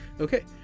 Okay